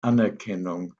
anerkennung